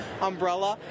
umbrella